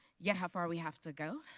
yet how far we have to go.